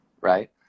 right